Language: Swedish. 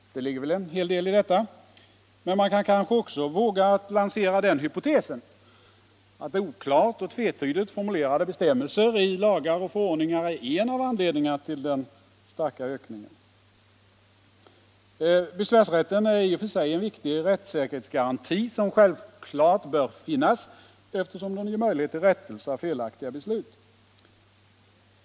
Det ligger väl en hel del i detta. Man kan kanske också våga att lansera den hypotesen att oklart och tvetydigt formulerade bestämmelser i lagar och förordningar är en av 29 anledningarna till den starka ökningen. Besvärsrätten är i och för sig en viktig rättssäkerhetsgaranti, som självklart bör finnas, eftersom den ger möjlighet till rättelse av felaktiga beslut.